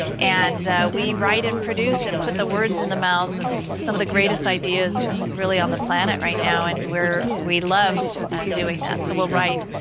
and we write and produce and put the words in the mouths of some of the greatest ideas really on the planet right now. and we love doing that, so we'll write,